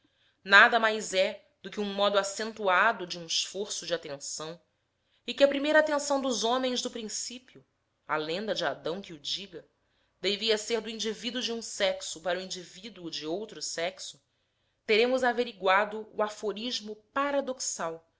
nada mais é do que um modo acentuado de um esforço de atenção e que a primeira atenção dos homens do principio a lenda de adão que o diga devia ser do indivíduo de um sexo para o indivíduo de outro sexo teremos averiguado o aforismo paradoxal